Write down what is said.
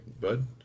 bud